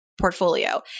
portfolio